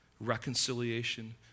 reconciliation